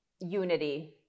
unity